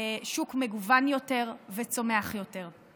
שוק מגוון יותר וצומח יותר.